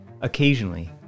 Occasionally